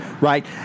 Right